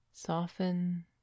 Soften